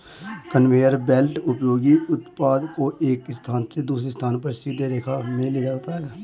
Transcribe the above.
conveyor belt उपयोगी उत्पाद को एक स्थान से दूसरे स्थान पर सीधी रेखा में ले जाता है